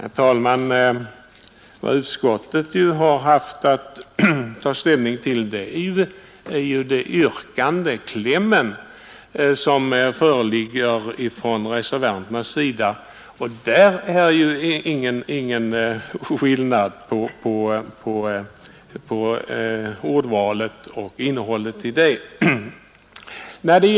Herr talman! Utskottet har här haft att ta ställning till det yrkande som föreligger från reservanterna. Ordval och innehåll i reservanternas kläm skiljer sig knappast från utskottets.